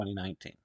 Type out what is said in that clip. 2019